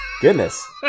Goodness